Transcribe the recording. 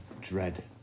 dread